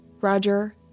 Roger